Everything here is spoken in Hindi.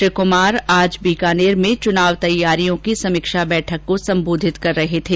श्री कुमार आज बीकानेर में चुनाव तैयारियों की समीक्षा बैठक को सम्बोधित कर रहे थे